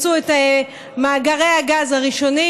מצאו את מאגרי הגז הראשונים,